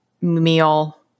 Meal